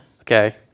Okay